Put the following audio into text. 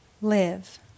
Live